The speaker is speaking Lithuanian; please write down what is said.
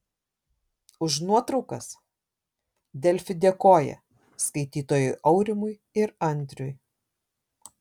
už nuotraukas delfi dėkoja skaitytojui aurimui ir andriui